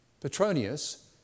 Petronius